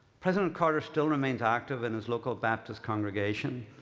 president carter still remains active in his local baptist congregation,